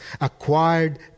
Acquired